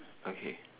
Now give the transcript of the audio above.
okay